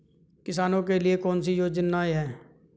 किसानों के लिए कौन कौन सी योजनाएं हैं?